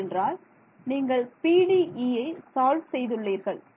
ஏனென்றால் நீங்கள் PDE solve செய்துள்ளீர்கள்